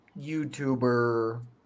YouTuber